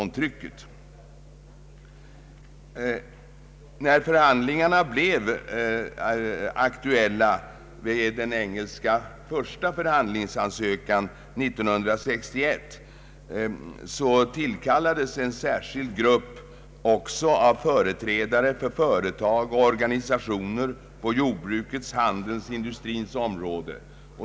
När förhandlingarna blev aktuella med anledning av den engelska första förhandlingsansökan år 1961 tillkallades en särskild grupp med företrädare också för företag och organisationer på jordbrukets, handelns och industrins områden.